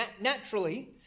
naturally